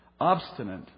Obstinate